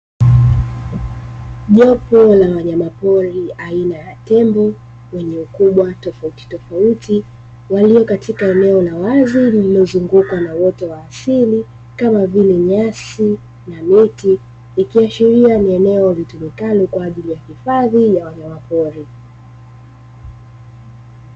Jopo la wanyama pori aina ya tembo yenye ukubwa tofauti tofauti walio katika eneo la wazi nimezungukwa na wote wa asili kama vile nyasi na neti, ikiwa sheria ni eneo litumikani kwa ajili ya hifadhi ya wanyama pori.